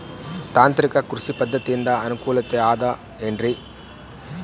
ತಾಂತ್ರಿಕ ಕೃಷಿ ಪದ್ಧತಿಯಿಂದ ಅನುಕೂಲತೆ ಅದ ಏನ್ರಿ?